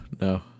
no